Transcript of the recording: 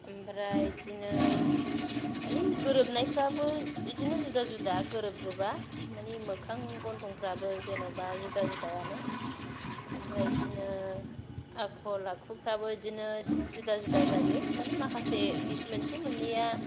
ओमफ्राय बिदिनो मानि गोरोबनाय फ्राबो बिदिनो जुदा जुदा गोरोब जोबा मानि मोखां गन्थंफ्राबो जेन'बा जुदा जुदायानो ओमफ्राय बिदिनो आखल आखुफ्राबो इदिनो जुदा जुदा जायो मानि माखासे मोनसे मोननैया